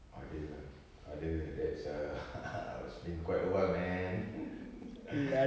ada lah ada that's err it's been quite awhile man